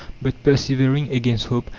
but persevering against hope,